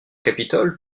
capitole